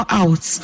out